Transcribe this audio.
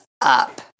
up